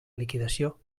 liquidació